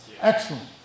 Excellent